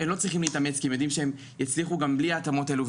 והם לא צריכים להתאמץ כי הם יודעים שהם יצליחו גם בלי ההתאמות האלו.